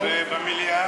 ובמליאה?